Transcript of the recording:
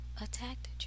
attacked